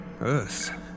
Earth